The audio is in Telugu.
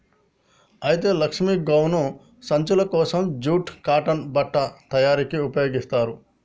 అయితే లక్ష్మీ గోను సంచులు కోసం జూట్ కాటన్ బట్ట తయారీకి ఉపయోగిస్తారు